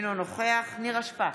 אינו נוכח נירה שפק,